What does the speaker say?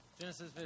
Genesis